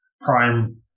Prime